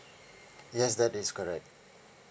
yes that is correct